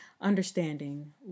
understanding